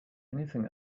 anything